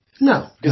No